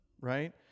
Right